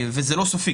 וזה לא סופי.